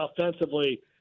offensively